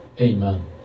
Amen